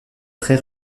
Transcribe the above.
très